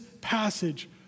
passage